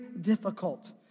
difficult